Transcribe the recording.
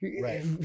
Right